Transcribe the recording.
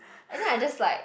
and then I just like